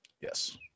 Yes